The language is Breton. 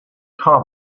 tra